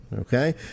okay